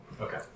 Okay